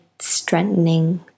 Strengthening